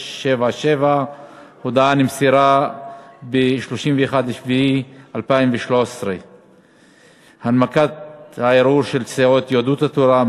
677. הודעה נמסרה ב-31 ביולי 2013. הנמקת הערעור של סיעות יהדות התורה,